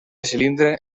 cilindre